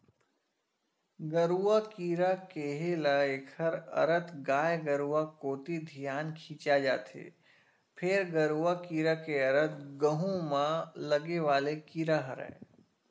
गरुआ कीरा केहे ल एखर अरथ गाय गरुवा कोती धियान खिंचा जथे, फेर गरूआ कीरा के अरथ गहूँ म लगे वाले कीरा हरय